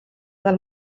del